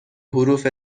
حروف